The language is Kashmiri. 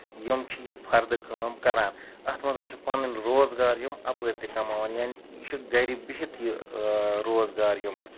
یِم چھِ یہِ فِردٕ کٲم کران اَتھ منٛز چھِ پَنُن روزگار یِم اَپٲرۍ تہِ کَماوان یانے کہِ یہِ چھ گرِ بِہِتھ یہِ روزگار یِوان